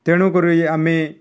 ତେଣୁକରି ଆମେ